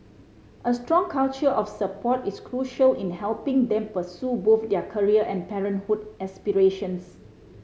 a strong culture of support is crucial in helping them pursue both their career and parenthood aspirations